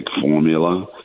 formula